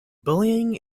bullying